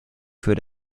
für